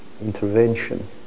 intervention